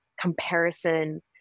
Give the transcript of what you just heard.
comparison